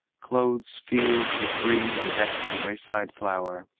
clothes fields with green and decks the wayside flower,